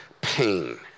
pain